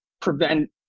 prevent